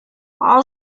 all